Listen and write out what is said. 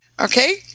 Okay